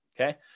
Okay